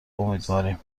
امیدواریم